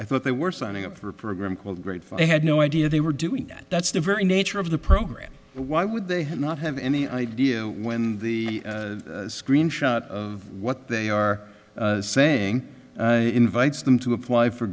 i thought they were signing up for a program called grateful they had no idea they were doing that that's the very nature of the program why would they not have any idea when the screenshot of what they are saying invites them to apply for